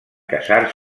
casar